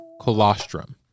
Colostrum